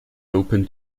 open